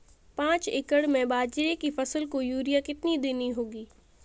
पांच एकड़ में बाजरे की फसल को यूरिया कितनी देनी होगी?